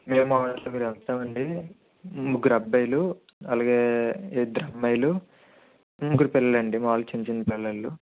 మేము ఆరుగురం వెళ్తామండి ముగ్గురు అబ్బాయిలు అలాగే ఇద్దరు అమ్మాయిలు ముగ్గురు పిల్లల్లండి వాళ్ళు చిన్న చిన్న పిల్లలు